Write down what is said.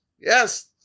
Yes